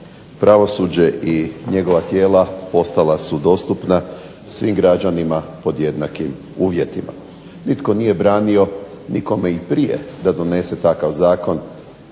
Pravosuđe i njegova tijela postala su dostupna svim građanima pod jednakim uvjetima. Nitko nije branio nikome i prije da donese takav zakon,